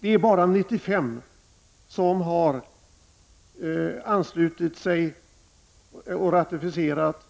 Det är bara 95 länder som har anslutit sig till och ratificerat